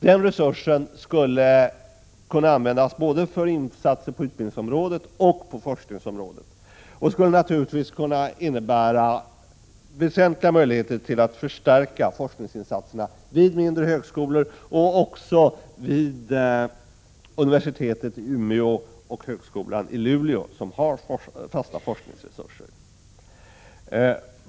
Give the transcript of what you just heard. Den resursen skulle kunna användas för insatser både på utbildningsområdet och på forskningsområdet och därmed skapa väsentliga möjligheter till att förstärka forskningsinsatserna vid mindre högskolor också vid universitetet i Umeå och högskolan i Luleå, som har fasta forskningsresurser.